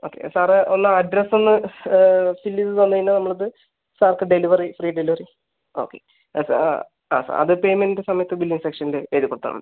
okay sir ഒന്ന് address ഒന്ന് fill ചെയ്ത് തന്ന് കഴിഞ്ഞാൽ നമ്മൾ അത് സാർക്ക് ഡെലിവറി ഫ്രീ ഡെലിവറി ഓക്കെ അല്ല സാറിൻ്റ പേയ്മെന്റിന്റെ സമയത്ത് ബില്ലിംഗ് സെക്ഷനില് എഴുതി കൊടുത്താൽ മതി